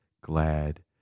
glad